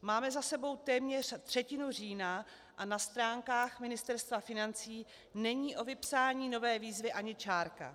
Máme za sebou téměř třetinu října a na stránkách Ministerstva financí není o vypsání nové výzvy ani čárka.